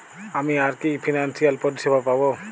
আমি আর কি কি ফিনান্সসিয়াল পরিষেবা পাব?